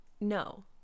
no